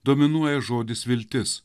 dominuoja žodis viltis